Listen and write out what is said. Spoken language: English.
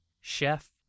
chef